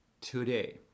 today